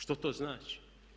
Što to znači?